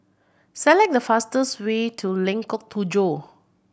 select the fastest way to Lengkok Tujoh